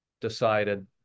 decided